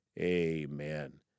amen